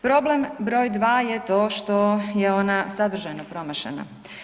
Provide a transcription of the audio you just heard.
Problem broj 2 je to što je ona sadržajno promašena.